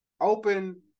open